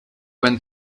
went